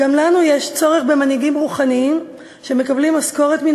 גם לנו יש צורך במנהיגים רוחניים שמקבלים משכורת מן